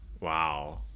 Wow